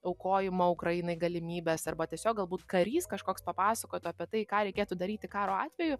aukojimo ukrainai galimybes arba tiesiog galbūt karys kažkoks papasakotų apie tai ką reikėtų daryti karo atveju